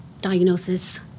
diagnosis